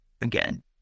again